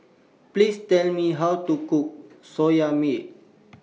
Please Tell Me How to Cook Soya Milk